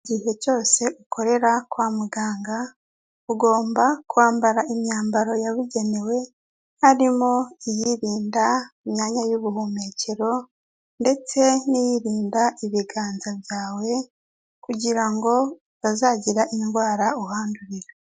Igihe cyose ukorera kwa muganga ugomba kwambara imyambaro yabugenewe, harimo iyirinda imyanya y'ubuhumekero ndetse n'iyirinda ibiganza byawe kugira ngo utazagira indwara uhandurira.